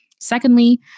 Secondly